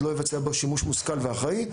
לא יבצע בו שימוש מושכל ואחראי.